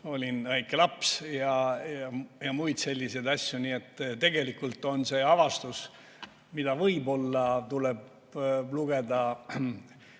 olin väike laps. Ja muud sellised haigused. Nii et tegelikult on see avastus, mida võib-olla tuleb lugeda